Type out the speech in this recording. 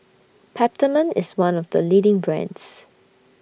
Peptamen IS one of The leading brands